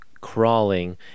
Crawling